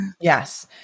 Yes